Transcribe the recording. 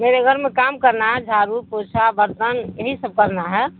میرے گھر میں کام کرنا ہے جھاڑو پوچھا برتن یہی سب کرنا ہے